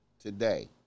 Today